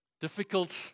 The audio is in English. Difficult